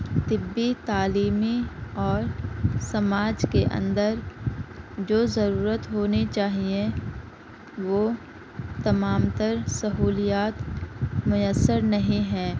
طبی تعلیمی اور سماج کے اندر جو ضرورت ہونی چاہیے وہ تمام تر سہولیات میسر نہیں ہیں